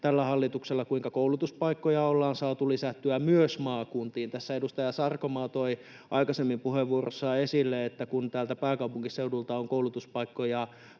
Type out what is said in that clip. tällä hallituksella, kuinka koulutuspaikkoja ollaan saatu lisättyä myös maakuntiin. Tässä edustaja Sarkomaa toi aikaisemmin puheenvuorossaan esille, että täältä pääkaupunkiseudulta on koulutuspaikkoja